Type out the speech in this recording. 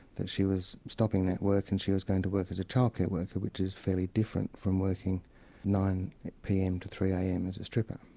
that she was stopping that work and she was going to work as a child care worker, which is fairly different from working nine pm to three am as a stripper.